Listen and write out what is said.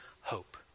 hope